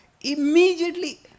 Immediately